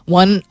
one